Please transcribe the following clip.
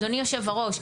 אדוני יושב הראש,